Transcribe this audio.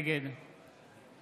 נגד